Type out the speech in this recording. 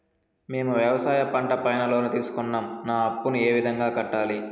మేము వ్యవసాయ పంట పైన లోను తీసుకున్నాం నా అప్పును ఏ విధంగా కట్టాలి